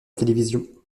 télévision